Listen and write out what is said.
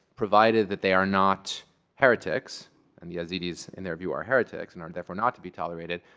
provided that they are not heretics and the yazidis, in their view, are heretics and are therefore not to be tolerated.